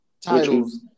titles